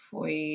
Foi